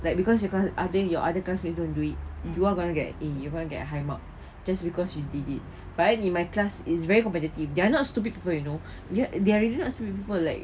like because you can't I think you're other classmates don't do it you're gonna get A you want get high marks just because you did it but in my class is very competitive they're not stupid people you know they are really not stupid people like